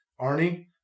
Arnie